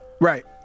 Right